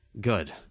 Good